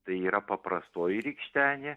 tai yra paprastoji rykštenė